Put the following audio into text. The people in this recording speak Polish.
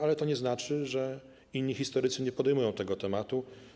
Ale to nie znaczy, że inni historycy nie podejmują tego tematu.